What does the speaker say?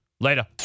Later